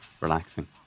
relaxing